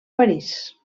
parís